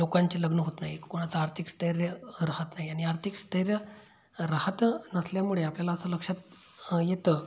लोकांचे लग्न होत नाही कोणाचा आर्थिक स्थैर्य राहत नाही आणि आर्थिक स्थैर्य राहत नसल्यामुळे आपल्याला असं लक्षात येतं